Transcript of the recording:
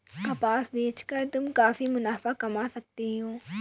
कपास बेच कर तुम काफी मुनाफा कमा सकती हो